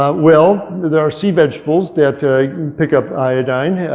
ah well, there are sea vegetables that ah and pick up iodine,